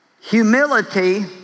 humility